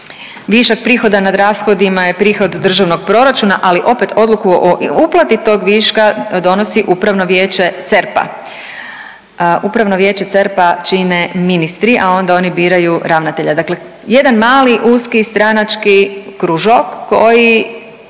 Višak prihoda nad rashodima je prihod Državnog proračuna, ali opet odluku o uplati tog viška donosi upravno vijeće CERP-a. Upravno vijeće CERP-a čine ministri, a onda oni biraju ravnatelja. Dakle, jedan mali uski stranački kružok koji